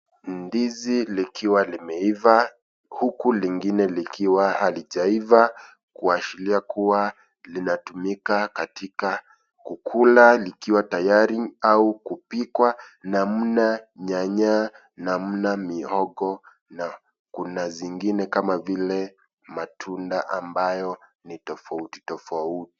Ndizi likiwa limeiva huku lingine likiwa halijaiva kuashiria kuwa linatumika katika kukula likiwa tayari au kupikwa namna nyanya namna mihogo na kuna zingine kama vile matunda ambayo ni tofautitofauti.